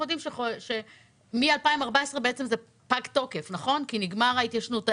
אנחנו יודעים שמ-2014 זה פג תוקף כי נגמרה ההתיישנות,